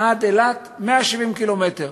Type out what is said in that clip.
ועד אילת, 170 קילומטר.